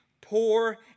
poor